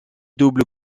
double